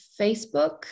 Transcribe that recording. Facebook